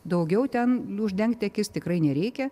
daugiau ten uždengti akis tikrai nereikia